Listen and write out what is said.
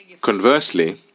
conversely